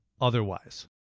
otherwise